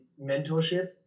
mentorship